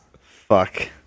Fuck